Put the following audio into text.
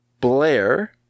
Blair